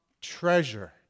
treasure